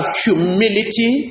humility